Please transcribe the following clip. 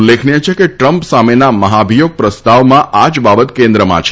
ઉલ્લેખનીય છે કે ટ્રમ્પ સામેના મહાભિયોગ પ્રસ્તાવમાં આજ બાબત કેન્દ્રમાં છે